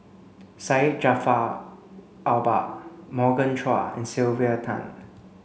Syed Jaafar Albar Morgan Chua and Sylvia Tan